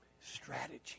strategy